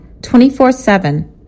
24-7